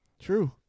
True